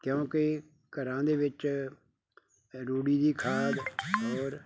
ਕਿਉਂਕਿ ਘਰਾਂ ਦੇ ਵਿੱਚ ਰੂੜੀ ਦੀ ਖਾਦ ਔਰ